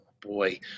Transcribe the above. boy